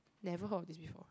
never heard of this before ah